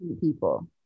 people